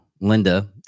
Linda